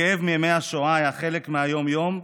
הכאב מימי השואה היה חלק מהיום-יום,